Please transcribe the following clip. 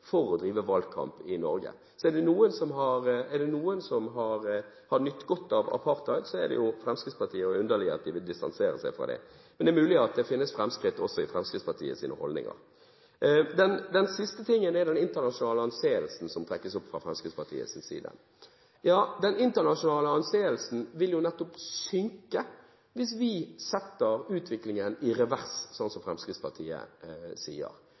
for å drive valgkamp i Norge. Så er det noen som har nytt godt av apartheid, er det Fremskrittspartiet, og det er underlig at de vil distansere seg fra det. Men det er mulig det finnes fremskritt også i Fremskrittspartiets holdninger. Det siste som trekkes opp fra Fremskrittspartiets side, gjelder den internasjonale anseelsen. Den internasjonale anseelsen vil nettopp synke hvis vi setter utviklingen i revers, som Fremskrittspartiet